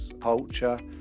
culture